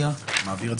סיוע והנצחה) (תיקון מס' 5) (הארכת תקופת הביניים והחלת הוראות נוספות),